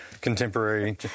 contemporary